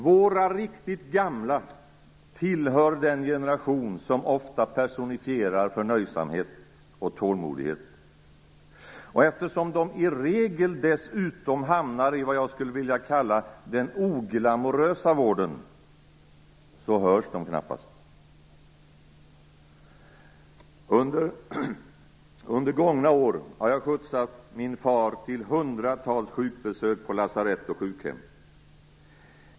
Våra riktigt gamla tillhör den generation som ofta personifierar förnöjsamhet och tålmodighet. Eftersom de i regel dessutom hamnar i vad jag skulle vilja kalla den oglamorösa vården hörs de knappast. Under gångna år har jag skjutsat min far till hundratals sjukbesök på lasarett och sjukhem.